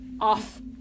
off